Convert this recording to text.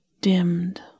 dimmed